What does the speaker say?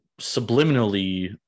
subliminally